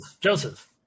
Joseph